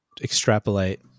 extrapolate